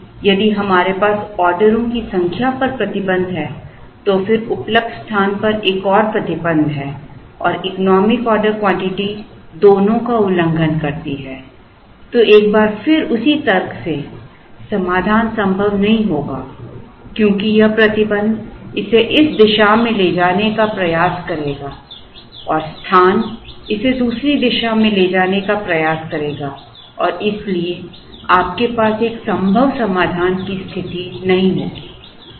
इसलिए यदि हमारे पास ऑर्डरों की संख्या पर प्रतिबंध है और फिर उपलब्ध स्थान पर एक और प्रतिबंध है और इकोनॉमिक ऑर्डर क्वांटिटी दोनों का उल्लंघन करती है तो एक बार फिर उसी तर्क से समाधान संभव नहीं होगा क्योंकि यह प्रतिबंध इसे इस दिशा में ले जाने का प्रयास करेगा स्थान इसे दूसरी दिशा में ले जाने का प्रयास करेगा और इसलिए आपके पास एक संभव समाधान की स्थिति नहीं होगी